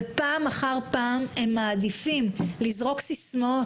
ופעם אחר פעם הם מעדיפים לזרוק סיסמאות